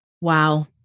Wow